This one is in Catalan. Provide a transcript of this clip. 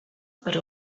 per